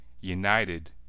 united